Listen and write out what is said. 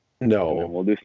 no